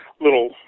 little